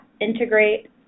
integrate